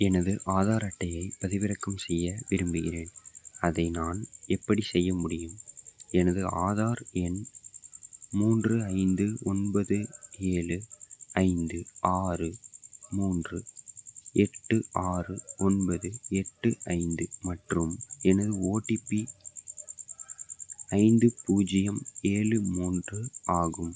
எனது ஆதார் அட்டையை பதிவிறக்கம் செய்ய விரும்புகிறேன் அதை நான் எப்படிச் செய்ய முடியும் எனது ஆதார் எண் மூன்று ஐந்து ஒன்பது ஏழு ஐந்து ஆறு மூன்று எட்டு ஆறு ஒன்பது எட்டு ஐந்து மற்றும் எனது ஓடிபி ஐந்து பூஜ்ஜியம் ஏழு மூன்று ஆகும்